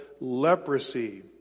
leprosy